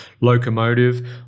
Locomotive